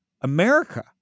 America